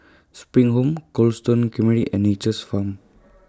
SPRING Home Cold Stone Creamery and Nature's Farm